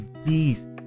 please